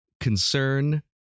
Concern